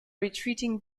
retreating